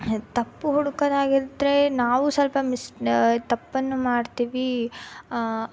ತಪ್ಪು ಹುಡುಕೋದಾಗಿದ್ರೆ ನಾವು ಸ್ವಲ್ಪ ಮಿಸ್ ತಪ್ಪನ್ನು ಮಾಡ್ತೀವಿ